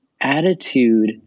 attitude